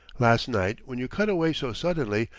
last night, when you cut away so suddenly,